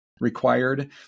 required